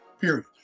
Period